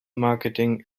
marketing